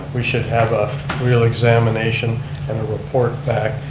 we should have a real examination and a report back.